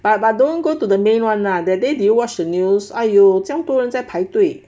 ah but don't go to the main [one] lah that day did you watch the news !aiyo! 这样多人在排队